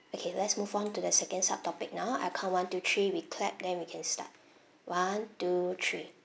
okay let's move on to the second sub topic now I count one two three we clap then we can start one two three